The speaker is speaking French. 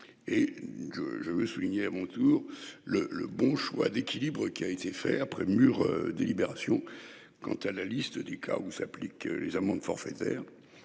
Et. Je veux souligner mon tour le le bon choix d'équilibre qui a été fait après mûre délibération quant à la liste des cas où s'appliquent les amendes forfaitaires